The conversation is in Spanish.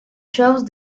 shows